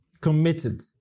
committed